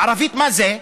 בערבית מה זה?